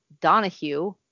Donahue